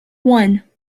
one